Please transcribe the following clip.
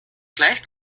gleich